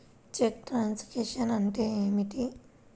చెక్కు truncation అంటే ఏమిటి?